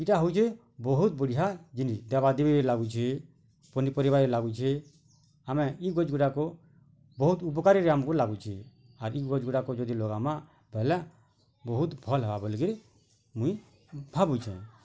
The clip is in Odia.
ଏଇଟା ହେଉଛି ବହୁତ ବଢ଼ିଆ ଜିନିଷ୍ ଦେବା ଦେବୀ ଲାଗୁଛି ପନିପରିବା ଲାଗୁଛି ଆମେ ଇ ଗଛ୍ଗୁଡ଼ାକ ବହୁତ ଉପକାରରେ ଆମକୁ ଲାଗୁଛି ଆରି ଏ ଗଛ୍ଗୁଡ଼ାକ ଯଦି ଲଗାମା ତହାଲା ବହୁତ ଫଲ୍ ହବ ବୋଲି କିରି ମୁଇଁ ଭାବୁଛେଁ